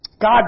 God